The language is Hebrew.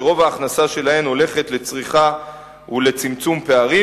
שרוב ההכנסה שלהן הולכת לצריכה ולצמצום פערים.